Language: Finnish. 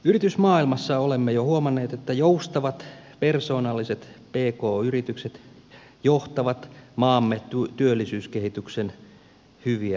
yritysmaailmassa olemme jo huomanneet että joustavat persoonalliset pk yritykset johtavat maamme työllisyyskehityksen hyviä uutisia